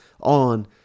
on